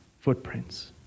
footprints